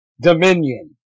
Dominion